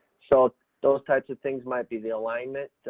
so those types of things might be the alignment,